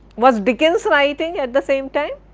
was dickens writing at the same time?